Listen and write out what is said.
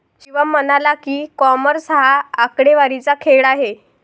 शिवम म्हणाला की, कॉमर्स हा आकडेवारीचा खेळ आहे